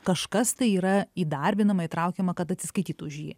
kažkas tai yra įdarbinama įtraukiama kad atsiskaitytų už jį